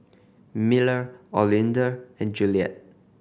Miller Olinda and Juliette